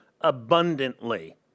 abundantly